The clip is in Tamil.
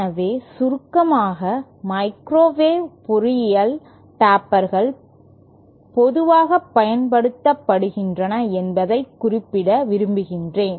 எனவே சுருக்கமாக மைக்ரோவேவ் பொறியியலில் டேப்பர்கள் பொதுவாகப் பயன்படுத்தப்படுகின்றன என்பதைக் குறிப்பிட விரும்புகிறேன்